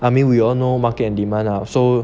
I mean we all know market and demand lah so